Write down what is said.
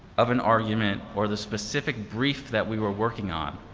of an argument, or the specific brief that we were working on,